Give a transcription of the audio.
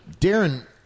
Darren